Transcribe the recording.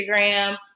Instagram